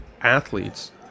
athletes